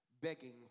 begging